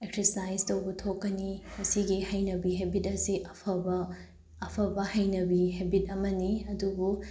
exercise ꯇꯧꯕ ꯊꯣꯛꯀꯅꯤ ꯃꯁꯤꯒꯤ ꯍꯩꯅꯕꯤ ꯍꯦꯕꯤꯠ ꯑꯁꯤ ꯑꯐꯕ ꯑꯐꯕ ꯍꯩꯅꯕꯤ ꯍꯦꯕꯤꯠ ꯑꯃꯅꯤ ꯑꯗꯨꯕꯨ